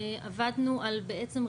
עבדנו על בעצם,